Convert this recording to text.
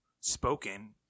spoken